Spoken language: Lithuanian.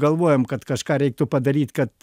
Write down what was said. galvojam kad kažką reiktų padaryt kad